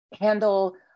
handle